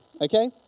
okay